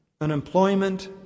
Unemployment